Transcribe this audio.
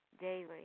daily